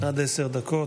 עד עשר דקות.